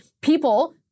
people